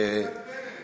יש ועידת מרצ,